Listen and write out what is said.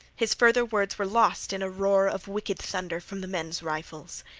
his further words were lost in a roar of wicked thunder from the men's rifles.